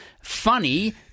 Funny